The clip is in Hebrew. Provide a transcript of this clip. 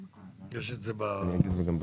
מילים.